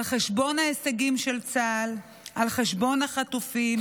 על חשבון ההישגים של צה"ל, על חשבון החטופים.